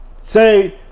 say